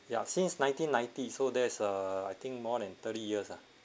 ya since nineteen-ninety so there's a I think more than thirty years ah